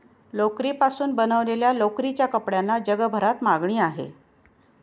लोकरीपासून बनवलेल्या लोकरीच्या कपड्यांना जगभरात मागणी आहे